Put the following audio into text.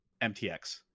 MTX